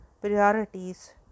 priorities